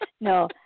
No